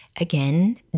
Again